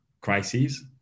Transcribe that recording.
crises